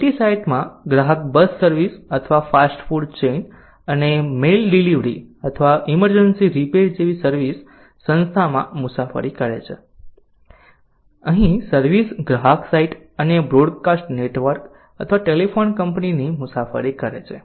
multi site માં ગ્રાહક bus service અથવા ફાસ્ટ ફૂડ ચેઇન અને મેઇલ ડિલિવરી અથવા ઇમરજન્સી રિપેર જેવી સર્વિસ સંસ્થામાં મુસાફરી કરે છે અહીં સર્વિસ ગ્રાહક સાઇટ અને બ્રોડકાસ્ટ નેટવર્ક અથવા ટેલિફોન કંપનીની મુસાફરી કરે છે